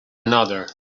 another